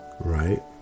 Right